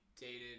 dated